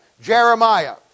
Jeremiah